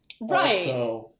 Right